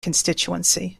constituency